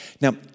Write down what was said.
Now